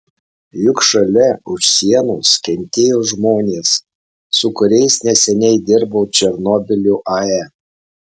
juk šalia už sienos kentėjo žmonės su kuriais neseniai dirbau černobylio ae